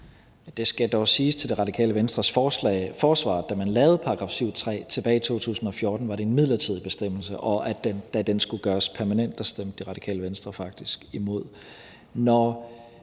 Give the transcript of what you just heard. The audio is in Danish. Det skal dog siges til Radikale Venstres forsvar, at da man lavede § 7, stk. 3, tilbage i 2014, var det en midlertidig bestemmelse, og da den skulle gøres permanent, stemte Radikale Venstre faktisk imod. Når